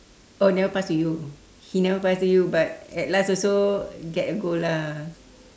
oh never pass to you he never pass to you but at last also get a gold lah